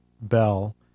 Bell